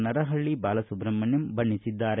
ನರಹಳ್ಳ ಬಾಲಸುಬ್ರಮಣ್ಯ ಬಣ್ಣಿಸಿದ್ದಾರೆ